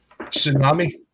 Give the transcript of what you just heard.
tsunami